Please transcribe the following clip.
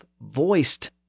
voiced